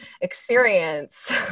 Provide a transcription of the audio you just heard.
experience